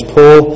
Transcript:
Paul